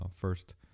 first